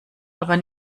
aber